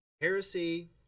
heresy